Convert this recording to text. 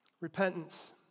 Repentance